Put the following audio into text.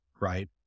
right